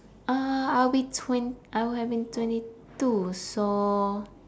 uh I'll be twen~ I would have been twenty two so